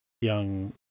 young